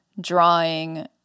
drawing